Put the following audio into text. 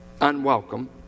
Unwelcome